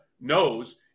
knows